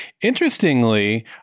Interestingly